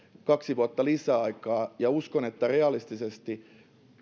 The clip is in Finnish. kaksi vuotta lisäaikaa ja uskon että realistisesti